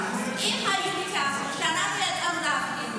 אבל אם היו --- כשאנחנו יצאנו להפגין,